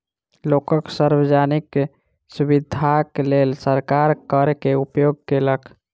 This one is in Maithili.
लोकक सार्वजनिक सुविधाक लेल सरकार कर के उपयोग केलक